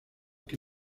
que